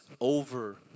over